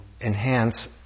enhance